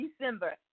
december